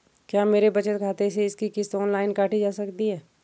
क्या मेरे बचत खाते से इसकी किश्त ऑनलाइन काटी जा सकती है?